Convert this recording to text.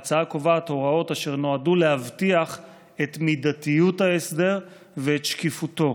ההצעה קובעת הוראות אשר נועדו להבטיח את מידתיות ההסדר ואת שקיפותו.